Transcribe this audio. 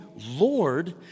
Lord